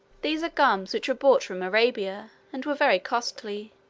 these are gums which were brought from arabia, and were very costly.